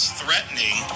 threatening